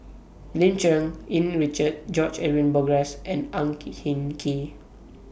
Lim Cherng Yih Richard George Edwin Bogaars and Ang Hin Kee